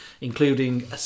including